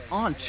on